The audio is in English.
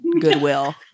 Goodwill